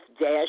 dash